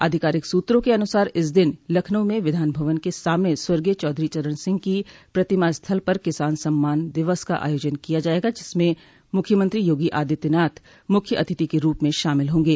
आधिकारिक सूत्रों के अनुसार इस दिन लखनऊ में विधान भवन के सामने स्वर्गीय चौधरी चरण सिंह की प्रतिमा स्थल पर किसान सम्मान दिवस का आयोजन किया जायेगा जिसमें मुख्यमंत्री योगी आदित्यनाथ मुख्य अतिथि के रूप में शामिल होंगे